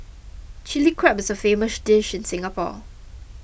Chilli Crab is a famous dish in Singapore